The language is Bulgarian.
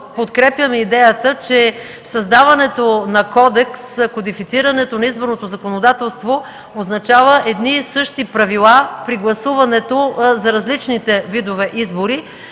подкрепяме идеята, че създаването на кодекс, кодифицирането на изборното законодателство означава едни и същи правила при гласуването за различните видове избори,